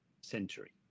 century